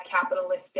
capitalistic